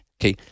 Okay